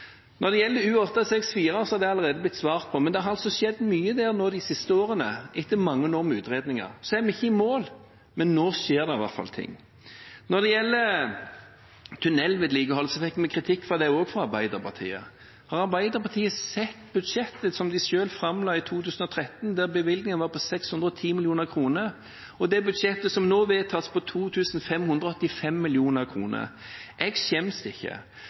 Når det gjelder U-864, så er det allerede blitt svart på. Men det er altså skjedd mye der nå de siste årene, etter mange år med utredninger. Så er vi ikke i mål, men nå skjer det i hvert fall ting. Når det gjelder tunnelvedlikehold, fikk vi kritikk for det også fra Arbeiderpartiet. Har Arbeiderpartiet sett budsjettet som de selv framla i 2013, der bevilgningen var på 610 mill. kr, og det budsjettet som nå vedtas, på 2 585 mill. kr? Jeg skjems ikke.